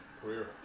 career